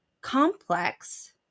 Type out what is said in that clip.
complex